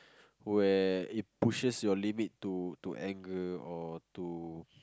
where it pushes your limit to to anger or to